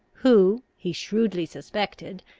who, he shrewdly suspected,